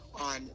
on